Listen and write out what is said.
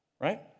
right